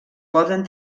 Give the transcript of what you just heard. poden